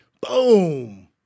Boom